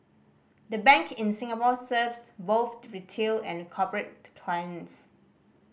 the bank in Singapore serves both retail and corporate clients